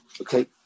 okay